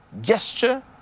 gesture